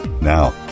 Now